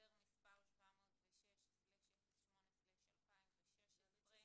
(חוזר מס' 706/08/2016) --- האמת היא שזה